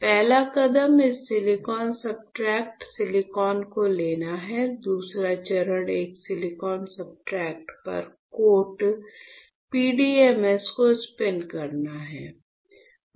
पहला कदम इस सिलिकॉन सब्सट्रेट सिलिकॉन को लेना है दूसरा चरण एक सिलिकॉन सब्सट्रेट पर कोट PDMS को स्पिन करना है